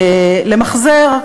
למחזר.